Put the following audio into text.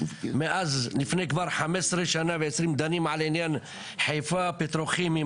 מאז לפני כבר 15 שנה ו- 20 דנים על עניין חיפה פטרוכימיים,